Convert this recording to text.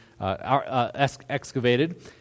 excavated